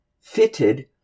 fitted